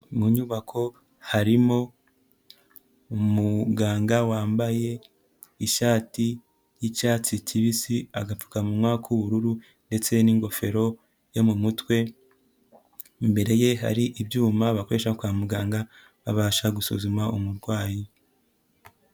Mu nyubako harimo umuganga wambaye ishati y'icyatsi kibisi, agapfukanwa k'ubururu ndetse n'ingofero yo mu mutwe, imbere ye hari ibyuma bakoresha kwa muganga babasha gusuzuma umurwayi.